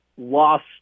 Lost